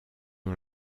nom